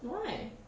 why